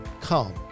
Come